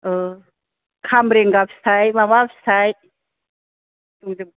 औ खामरेंगा फिथाय माबा फिथाय दंजोबो